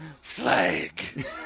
Slag